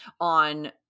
on